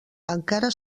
encara